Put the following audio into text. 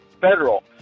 federal